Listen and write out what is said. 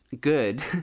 good